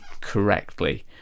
correctly